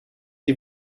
die